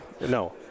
No